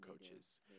coaches